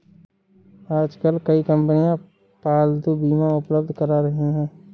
आजकल कई कंपनियां पालतू बीमा उपलब्ध करा रही है